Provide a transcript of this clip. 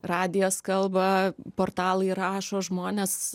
radijas kalba portalai rašo žmonės